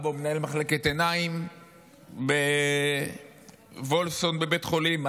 האבא הוא מנהל מחלקת עיניים בבית חולים וולפסון,